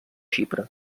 xipre